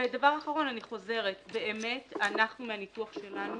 דבר אחרון, אני חוזרת: באמת אנחנו מהניתוח שלנו